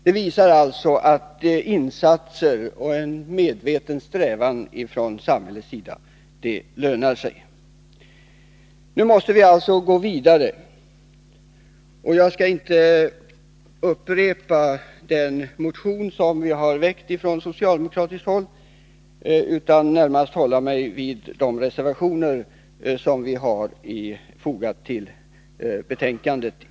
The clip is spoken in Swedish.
Detta visar att insatser och en medveten strävan från samhällets sida lönar sig. Nu måste vi alltså gå vidare. Jag skall inte upprepa den motion som vi har väckt från socialdemokratiskt håll utan närmast uppehålla mig vid de reservationer som vi har fogat vid socialutskottets betänkande.